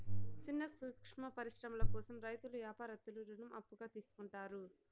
సిన్న సూక్ష్మ పరిశ్రమల కోసం రైతులు యాపారత్తులు రుణం అప్పుగా తీసుకుంటారు